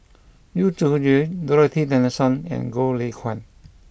Yu Zhuye Dorothy Tessensohn and Goh Lay Kuan